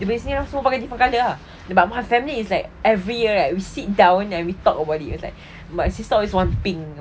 dia beli sendiri so pakai different colour ah but my family is like every year like we sit down and we talk about it was like my sister always want pink eh